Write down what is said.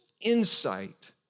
insight